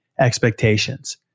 expectations